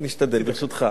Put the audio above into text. ברשותך, חצי דקה,